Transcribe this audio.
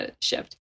shift